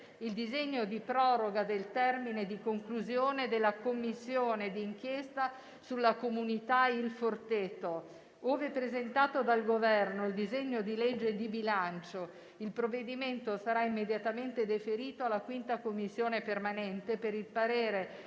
di legge di proroga del termine di conclusione della Commissione di inchiesta sulla comunità «Il Forteto». Ove presentato dal Governo il disegno di legge di bilancio, il provvedimento sarà immediatamente deferito alla 5a Commissione permanente per il parere